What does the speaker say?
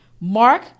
Mark